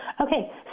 Okay